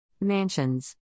Mansions